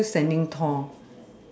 they are still standing tall